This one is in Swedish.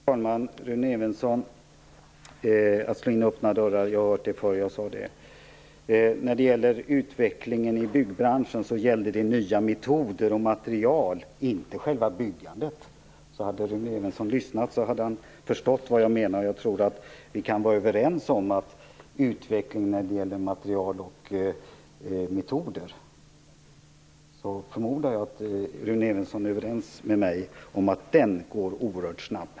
Herr talman! Rune Evensson! Det där med öppna dörrar har jag hört förut. När det gäller utvecklingen i byggbranschen avsåg jag nya metoder och material, inte själva byggandet. Om Rune Evensson hade lyssnat skulle han ha förstått vad jag menade. Jag tror att vi kan vara överens om att utvecklingen när det gäller material och metoder går oerhört snabbt.